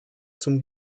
zum